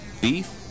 Beef